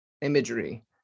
imagery